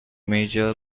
merger